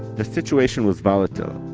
the situation was volatile.